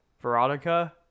Veronica